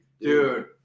Dude